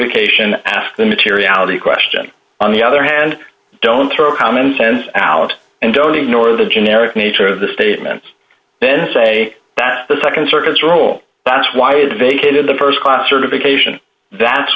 ocation ask the materiality question on the other hand don't throw common sense out and don't ignore the generic nature of the statements then say that the nd circuit's role that's why it vacated the st class certification that's